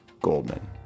Goldman